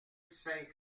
cinq